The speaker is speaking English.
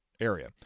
area